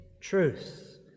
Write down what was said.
truth